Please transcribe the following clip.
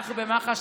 במח"ש,